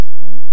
Right